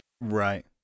Right